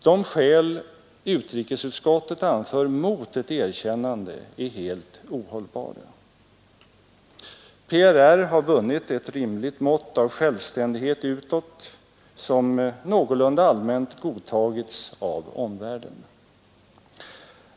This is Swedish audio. De skäl utrikesutskottet anför mot ett erkännande är helt ohållbara. PRR har vunnit ett rimligt mått av självständighet utåt, som någorlunda allmänt godtagits av omvärlden.